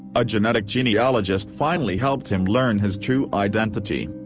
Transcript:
a genetic genealogist finally helped him learn his true identity.